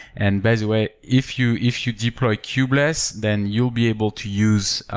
and best way, if you if you deploy kubeless, then you'll be able to use.